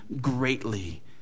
greatly